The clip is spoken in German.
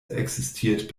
existiert